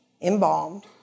embalmed